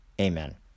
Amen